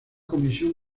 comisión